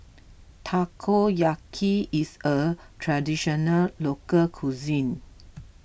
Takoyaki is a Traditional Local Cuisine